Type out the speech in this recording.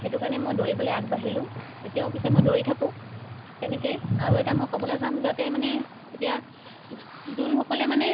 সেইটো কাৰণে মই দৌৰিবলৈ আগবাঢ়িলো এতিয়াও পিছে মই দৌৰি থাকোঁ তেনেকেই আৰু এটা মই ক'বলৈ যাম যাতে মানে এতিয়া যোনসকলে মানে